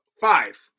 Five